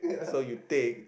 so you take